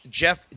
Jeff